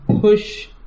push